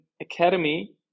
Academy